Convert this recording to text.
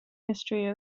history